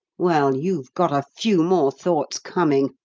well, you've got a few more thoughts coming.